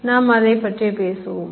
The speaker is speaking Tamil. நாம் அதை பற்றி பேசுவோம்